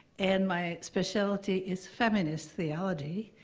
and my specialty is feminist theology,